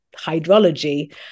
hydrology